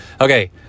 Okay